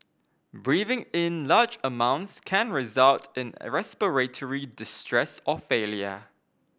breathing in large amounts can result in respiratory distress or failure